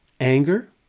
Anger